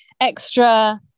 extra